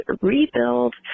rebuild